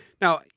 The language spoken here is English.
Now